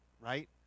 right